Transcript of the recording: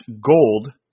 gold